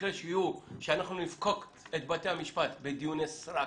יקרה שאנחנו נפקוק את בתי המשפט בדיוני סרק,